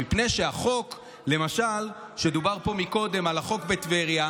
מפני שהחוק, למשל, שדובר פה קודם, החוק בטבריה,